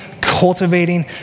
cultivating